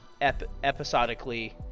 episodically